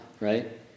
right